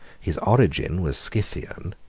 his origin was scythian,